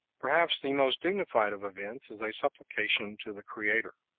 perhaps the most dignified of events is a supplication to the creator.